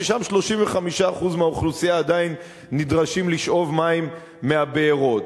ששם 35% מהאוכלוסייה עדיין נדרשים לשאוב מים מהבארות.